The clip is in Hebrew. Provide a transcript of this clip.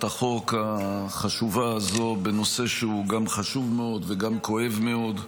החוק החשובה הזו בנושא שהוא גם חשוב מאוד וגם כואב מאוד,